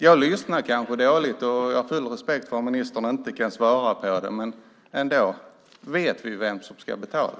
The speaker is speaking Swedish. Jag lyssnar kanske dåligt. Jag har full respekt för om ministern inte kan svara på det, men ändå: Vet vi vem som ska betala?